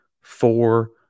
four